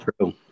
true